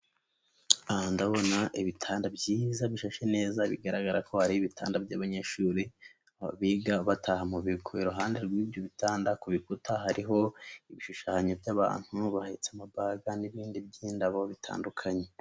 Aha ndabona ibitanda byiza bisashe neza, bigaragara ko ari ibitanda by'abanyeshuri biga bataha mu bigo, iruhande rw'ibyo bitanda ku bikuta hariho ibishushanyo by'abantu bahetse amabaga n'ibindi by'indabo bitandukanye.